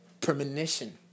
premonition